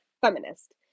feminist